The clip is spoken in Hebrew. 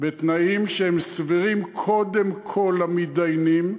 בתנאים שהם סבירים קודם כול למתדיינים,